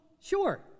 Sure